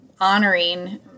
honoring